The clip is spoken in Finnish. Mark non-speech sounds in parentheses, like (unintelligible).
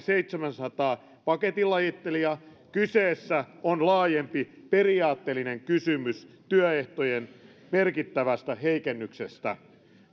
(unintelligible) seitsemääsataa paketinlajittelijaa vaan kyseessä on laajempi periaatteellinen kysymys työehtojen merkittävästä heikennyksestä